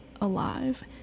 alive